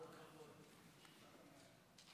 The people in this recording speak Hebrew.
אדוני היושב-ראש, חבריי חברי הכנסת,